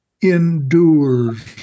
endures